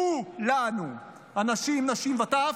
כו-ל-נו, אנשים, נשים וטף,